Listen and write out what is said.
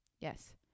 Yes